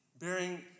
Bearing